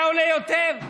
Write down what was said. היה עולה יותר,